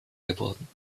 geworden